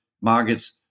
markets